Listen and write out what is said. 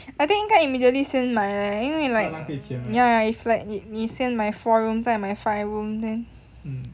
I think 应该 immediately 先买 leh 因为 like ya if like 你你先买 four room 再买 five room then